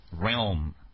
Realm